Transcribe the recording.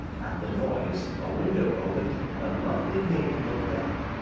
at the noise, a window opened and a lovely maiden looked out.